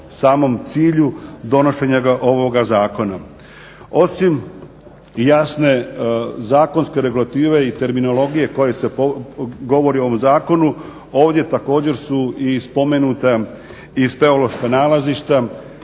samom cilju donošenja ovoga zakona. Osim jasne zakonske regulative i terminologije o kojoj se govori u ovom zakonu ovdje također su i spomenuta i speološka nalazišta